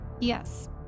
Yes